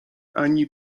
ani